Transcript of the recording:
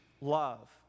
love